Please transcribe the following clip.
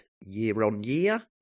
year-on-year